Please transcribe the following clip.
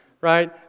Right